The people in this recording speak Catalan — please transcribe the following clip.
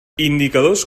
indicadors